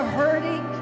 hurting